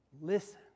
listen